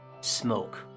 smoke